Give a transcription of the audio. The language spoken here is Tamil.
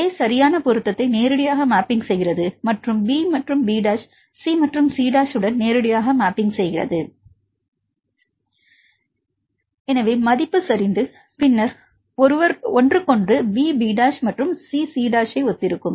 a சரியான பொருத்தத்தை நேரடியாக மேப்பிங் செய்கிறது மற்றும் இங்கே b b' மற்றும் c c' உடன் நேரடியாக மேப்பிங் செய்கிறது எனவே மதிப்பு சரிந்து பின்னர் ஒருவருக்கொருவர் b b' மற்றும் c c' ஐ ஒத்திருக்கும்